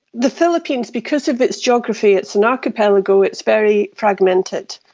the philippines, because of its geography, it's an archipelago, it's very fragmented.